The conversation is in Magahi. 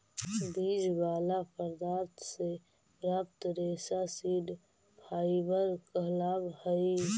बीज वाला पदार्थ से प्राप्त रेशा सीड फाइबर कहलावऽ हई